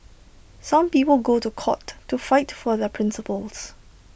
some people go to court to fight for their principles